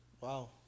wow